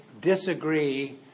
Disagree